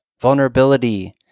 vulnerability